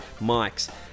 Mics